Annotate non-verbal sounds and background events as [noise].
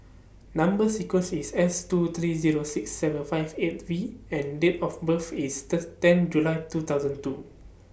Number sequence IS S two three Zero six seven five eight V and Date of birth IS [unintelligible] ten July two thousand two